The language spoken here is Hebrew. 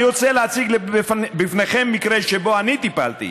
אני רוצה להציג בפניכם מקרה שבו אני טיפלתי.